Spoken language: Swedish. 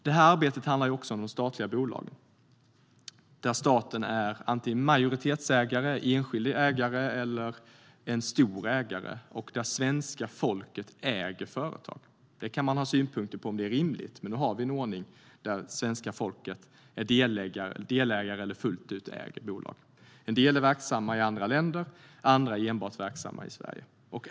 Detta arbete handlar också om de statliga bolagen. Här är staten antingen majoritetsägare, enskild ägare eller stor ägare. Svenska folket äger dessa företag. Man kan ha synpunkter på om det är rimligt, men nu har vi en ordning där svenska folket är delägare eller fullt ut äger bolag. En del är verksamma i andra länder; andra är enbart verksamma i Sverige.